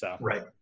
Right